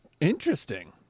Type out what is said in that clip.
interesting